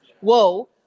Whoa